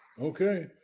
Okay